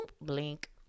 blink